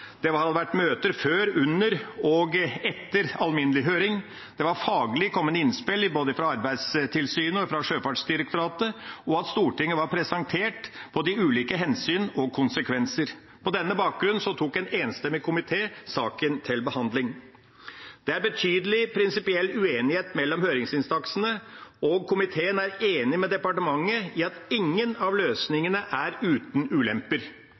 Det hadde vært møter før, under og etter alminnelig høring. Det var kommet faglige innspill fra både Arbeidstilsynet og Sjøfartsdirektoratet, og Stortinget var presentert for ulike hensyn og konsekvenser. På denne bakgrunnen tok en enstemmig komité saken til behandling. Det er betydelig prinsipiell uenighet mellom høringsinstansene, og komiteen er enig med departementet i at ingen av løsningene er uten ulemper.